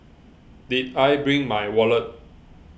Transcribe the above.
did I bring my wallet